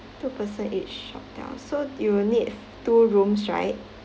two person each hotel so you will need two rooms right